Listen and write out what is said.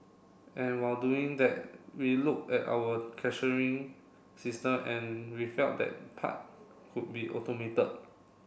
and while doing that we looked at our cashiering system and we felt that part could be automated